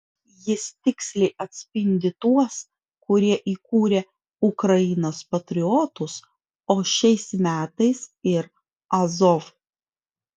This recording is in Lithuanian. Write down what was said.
jis tiksliai atspindi tuos kurie įkūrė ukrainos patriotus o šiais metais ir azov